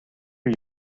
are